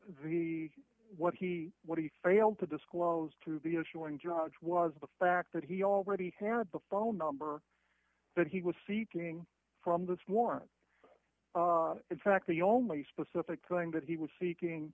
the what he what he failed to disclose to the issuing judge was the fact that he already had the phone number that he was seeking from this warrant in fact the only specific going that he was seeking